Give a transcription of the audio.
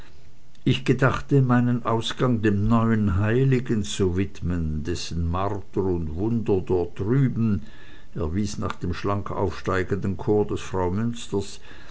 ich gedachte meinen ausgang dem neuen heiligen zu widmen dessen marter und wunder dort drüben er wies nach dem schlank aufsteigenden chor des